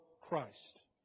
Christ